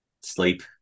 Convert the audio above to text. Sleep